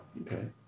Okay